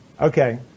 Okay